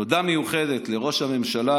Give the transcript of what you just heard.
תודה מיוחדת לראש הממשלה